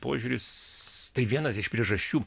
požiūris tai vienas iš priežasčių